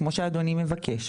כמו שאדוני מבקש,